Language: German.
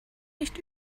nicht